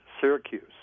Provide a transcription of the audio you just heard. Syracuse